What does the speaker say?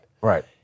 Right